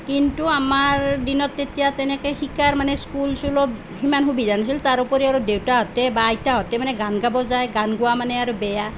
কিন্তু আমাৰ দিনত তেতিয়া তেনেকে শিকাৰ মানে স্কুল চুলো সিমান সুবিধা নাছিল তাৰ উপৰি আৰু দেউতাহঁতে আৰু আইতাহঁতে মানে গান গাব যায় গান গোৱা মানে আৰু বেয়া